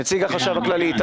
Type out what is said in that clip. הכללי,